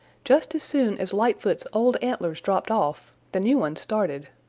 just as soon as lightfoot's old antlers dropped off, the new ones started.